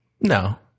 No